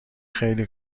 خیلی